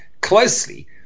closely